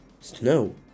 snow